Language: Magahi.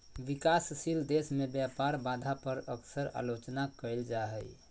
विकासशील देश में व्यापार बाधा पर अक्सर आलोचना कइल जा हइ